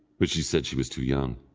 but she said she was too young,